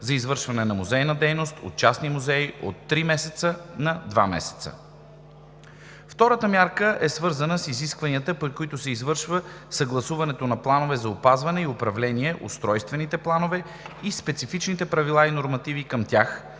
за извършване на музейна дейност от частни музеи от три месеца на два месеца. Втората мярка е свързана с изискванията, при които се извършва съгласуването на планове за опазване и управление, устройствени планове и специфичните правила и нормативи към тях,